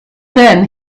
then